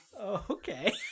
okay